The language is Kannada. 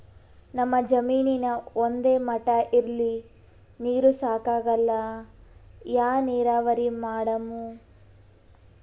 ನಮ್ ಜಮೀನ ಒಂದೇ ಮಟಾ ಇಲ್ರಿ, ನೀರೂ ಸಾಕಾಗಲ್ಲ, ಯಾ ನೀರಾವರಿ ಮಾಡಮು?